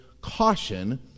caution